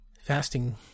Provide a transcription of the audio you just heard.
fasting